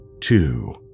two